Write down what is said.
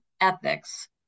ethics